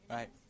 Right